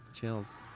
Chills